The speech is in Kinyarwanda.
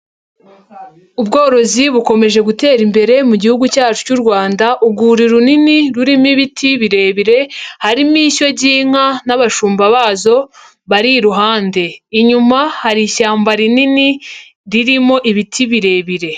Ubworozi bukomeje gutera imbere mu gihugu cyacu cy'u Rwanda, urwuri runini, rurimo ibiti birebire, harimo ishyo ry'inka n'abashumba bazo, bari iruhande. Inyuma hari ishyamba rinini, ririmo ibiti birebire.